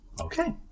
Okay